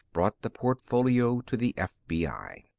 brought the portfolio to the fbi.